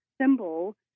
symbol